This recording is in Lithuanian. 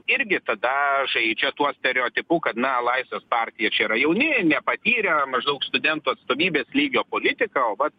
irgi tada žaidžia tuo stereotipu kad na laisvės partija čia yra jauni nepatyrę maždaug studentų atstovybės lygio politika o vat